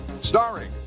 Starring